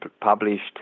published